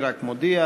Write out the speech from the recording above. אני רק מודיע